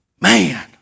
Man